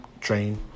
train